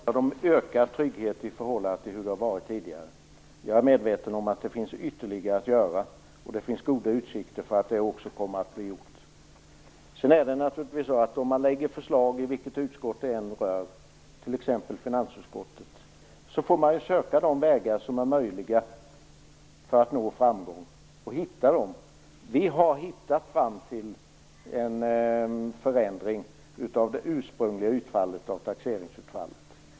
Fru talman! Jag talade om ökad trygghet i förhållande till hur det har varit tidigare. Jag är medveten om att det finns ytterligare att göra, och det finns goda utsikter att det också kommer att bli gjort. Om man lägger fram förslag i vilket utskott det än rör, t.ex. finansutskottet, får man söka de vägar som är möjliga för att nå framgång och hitta dem. Vi har hittat fram till en förändring av det ursprungliga utfallet av taxeringen.